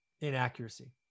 inaccuracy